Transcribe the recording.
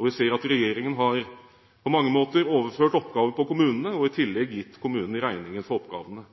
Vi ser at regjeringen på mange måter har overført oppgaver til kommunene og i tillegg gitt kommunene regningen for oppgavene.